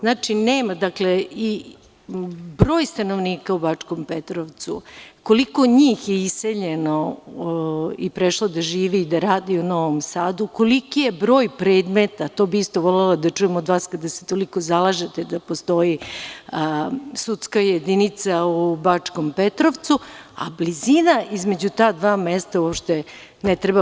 Znači, broj stanovnika u Bačkom Petrovcu, koliko njih je iseljeno i prešlo da živi i da radi u Novom Sadu, koliki je broj predmeta, to bi isto volela da čujem od vas, kada se toliko zalažete da postoji sudska jedinica u Bačkom Petrovcu, a blizina između ta dva mesta uopšte ne treba.